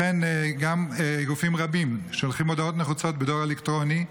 כמו כן גופים רבים שולחים הודעות נחוצות בדואר אלקטרוני,